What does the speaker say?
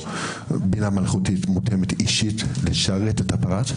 או בינה מלאכותית מותאמת אישית לשרת את הפרט.